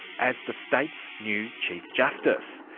as the state's new chief justice.